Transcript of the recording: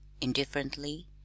indifferently